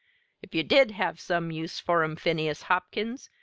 if you did have some use for em, phineas hopkins,